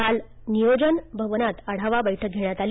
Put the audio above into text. काल नियोजन भवनात आढावा बैठक घेण्यात आली